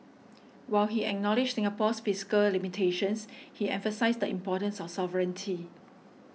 while he acknowledged Singapore's physical limitations he emphasised the importance of sovereignty